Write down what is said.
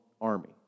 army